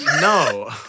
No